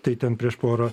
tai ten prieš porą